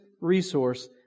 resource